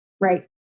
Right